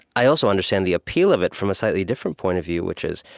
i also understand the appeal of it from a slightly different point of view, which is,